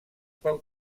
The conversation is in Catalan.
pel